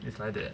it's like that